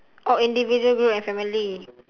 oh individual group and family